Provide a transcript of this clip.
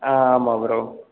ஆ ஆமாம் ப்ரோ